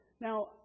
Now